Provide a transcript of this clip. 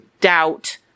doubt